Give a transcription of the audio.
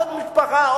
עוד משפחה,